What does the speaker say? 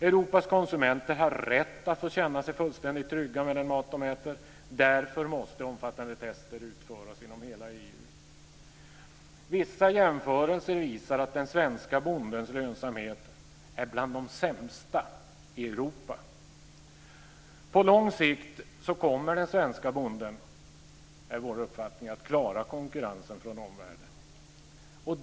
Europas konsumenter har en rätt att få känna sig fullständidgt trygga med den mat som de äter. Därför måste omfattande test utföras inom hela Vissa jämförelser visar att den svenske bondens lönsamhet är bland de sämsta i Europa. Det är vår uppfattning att den svenske bonden på lång sikt kommer att klara konkurrensen från omvärlden.